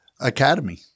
academy